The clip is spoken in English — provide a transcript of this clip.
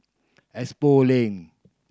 Expo Link